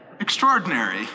Extraordinary